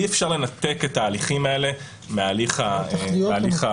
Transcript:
שאי-אפשר לנתק את ההליכים האלה מההליך הפלילי.